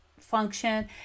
function